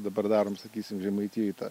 dabar darom sakysim žemaitijoj tą